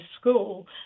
school